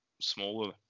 smaller